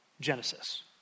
Genesis